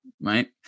right